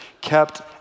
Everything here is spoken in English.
kept